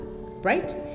Right